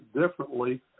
differently